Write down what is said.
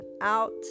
out